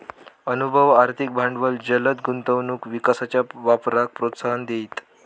अनुभव, आर्थिक भांडवल जलद गुंतवणूक विकासाच्या वापराक प्रोत्साहन देईत